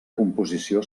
composició